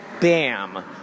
bam